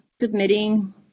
submitting